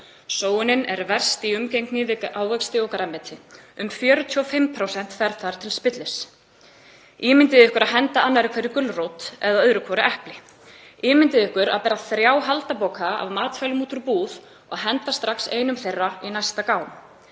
Sóunin er verst í umgengni við ávexti og grænmeti. Um 45% fara þar til spillis. Ímyndið ykkur að henda annarri hverri gulrót eða öðru hvoru epli. Ímyndið ykkur að bera þrjá poka af matvælum út úr búð og henda strax einum þeirra í næsta gám.